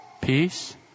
peace